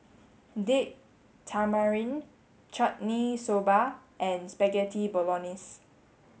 Date Tamarind Chutney Soba and Spaghetti Bolognese